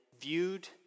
viewed